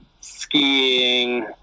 skiing